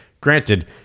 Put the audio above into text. Granted